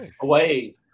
Away